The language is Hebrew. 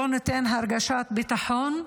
שלא נותן הרגשת ביטחון,